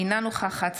אינה נוכחת